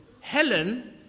Helen